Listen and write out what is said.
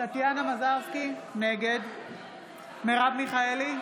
טטיאנה מזרסקי, נגד מרב מיכאלי,